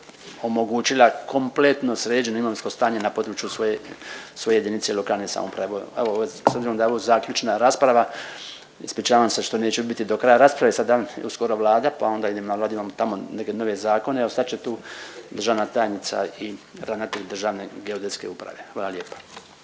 omogućila kompletno sređeno imovinsko stanje na području svoje jedinice lokalne samouprave. S obzirom da je ovo zaključna rasprava ispričavam se što neću biti do kraja rasprave, sada je uskoro Vlada pa onda idem na Vladu imam tamo neke nove zakone. Evo ostat će tu državna tajnica i ravnatelj Državne geodetske uprave. Hvala lijepa.